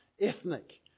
ethnic